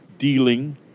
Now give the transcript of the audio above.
dealing